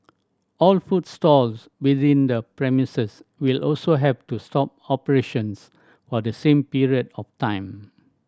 all food stalls within the premises will also have to stop operations for the same period of time